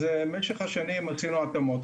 במשך השנים עשינו התאמות.